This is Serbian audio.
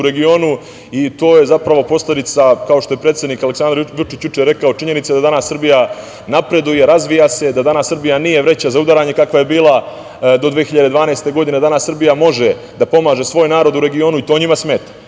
i to je posledica, kao što je predsednik Aleksandar Vučić juče rekao, činjenice da Srbija napreduje, razvija se, da danas Srbija nije vreća za udaranje kakva je bila do 2012. godine, danas Srbija može da pomaže svoj narod u regionu i to njima smeta. Kažu